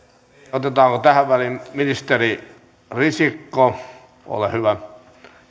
otetaanko tähän väliin ministeri risikko ole hyvä